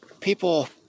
people